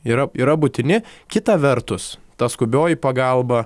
yra yra būtini kita vertus ta skubioji pagalba